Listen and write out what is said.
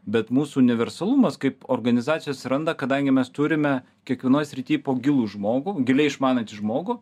bet mūsų universalumas kaip organizacijoj atsiranda kadangi mes turime kiekvienoj srity po gilų žmogų giliai išmanantį žmogų